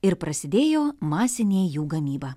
ir prasidėjo masinė jų gamyba